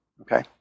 Okay